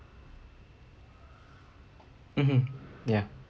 mmhmm ya